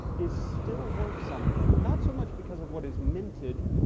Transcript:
is still worth something, not so much because of what is minted